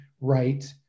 right